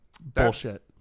bullshit